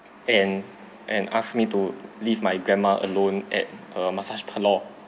and and asked me to leave my grandma alone at a massage parlour